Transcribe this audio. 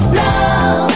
love